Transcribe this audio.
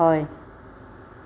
হয়